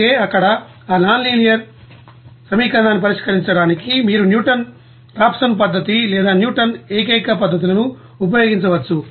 అయితే అక్కడ ఆ నాన్ లీనియర్ సమీకరణాన్ని పరిష్కరించడానికి మీరు న్యూటన్ రాఫ్సన్ పద్ధతి లేదా న్యూటన్ ఏకైక పద్ధతులను ఉపయోగించవచ్చు